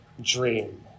dream